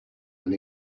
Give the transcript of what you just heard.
and